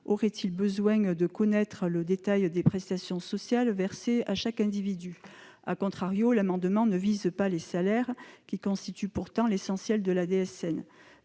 auraient-ils besoin de connaître le détail des prestations sociales versées à chaque individu ?, l'amendement ne vise pas les salaires, qui constituent pourtant l'essentiel de la DSN.